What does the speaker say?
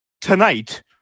tonight